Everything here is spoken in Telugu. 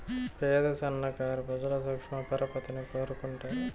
పేద సన్నకారు ప్రజలు సూక్ష్మ పరపతిని కోరుకుంటారు